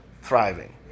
thriving